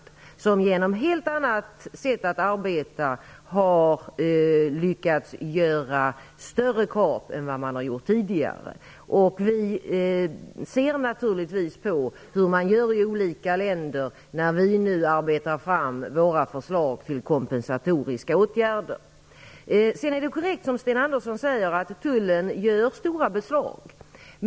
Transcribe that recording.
Där har man genom ett helt annat sätt att arbeta lyckats göra större kap än tidigare. Vi ser naturligtvis på hur man gör i olika länder när vi nu arbetar fram våra förslag till kompensatoriska åtgärder. Det som Sten Andersson säger om att tullen gör stora beslag är korrekt.